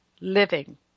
living